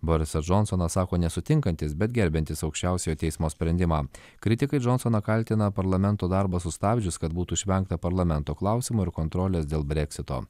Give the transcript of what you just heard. borisas džonsonas sako nesutinkantis bet gerbiantis aukščiausiojo teismo sprendimą kritikai džonsoną kaltina parlamento darbą sustabdžius kad būtų išvengta parlamento klausimų ir kontrolės dėl breksito